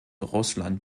russland